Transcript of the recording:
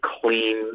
clean